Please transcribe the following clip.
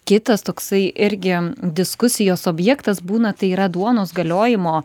kitas toksai irgi diskusijos objektas būna tai yra duonos galiojimo